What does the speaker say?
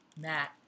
Matt